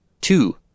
Two